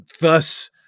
thus